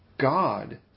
God